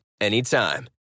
anytime